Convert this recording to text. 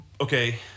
okay